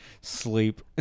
sleep